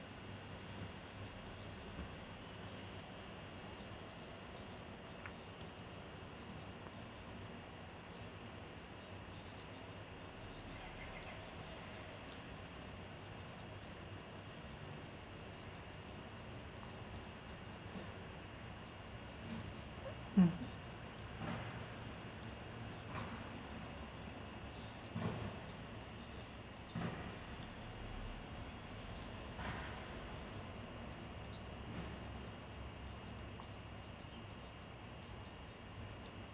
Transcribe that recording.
mm